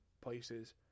places